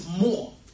more